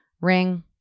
Ring